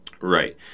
Right